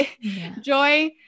Joy